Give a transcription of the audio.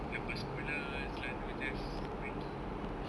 selepas sekolah selalu just pergi